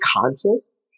conscious